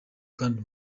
kandi